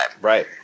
Right